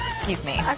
excuse me.